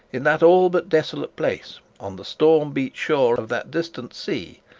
in that all but desolate place, on the storm-beat shore of that distant sea,